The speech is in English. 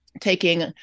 taking